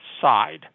side